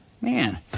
Man